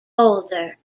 boulder